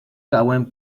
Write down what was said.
cauen